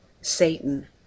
Satan